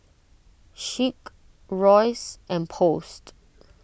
Schick Royce and Post